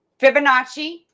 Fibonacci